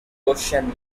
question